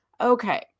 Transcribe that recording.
Okay